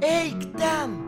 eik ten